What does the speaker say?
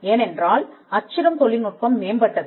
ஏனென்றால் அச்சிடும் தொழில்நுட்பம் மேம்பட்டது